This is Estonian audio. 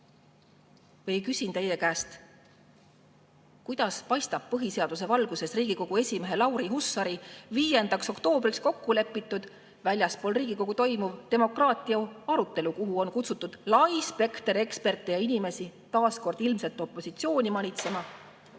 Küsin teie käest: kuidas paistab põhiseaduse valguses Riigikogu esimehe Lauri Hussari 5. oktoobriks kokku lepitud väljaspool Riigikogu toimuv demokraatiaarutelu, kuhu on kutsutud lai spekter eksperte ja muid inimesi taas kord ilmselt opositsiooni manitsema?